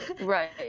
right